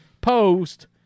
post